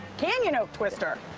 canyon oak twister.